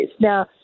Now